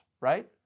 right